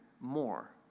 more